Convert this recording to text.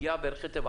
בערכי טבע.